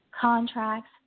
contracts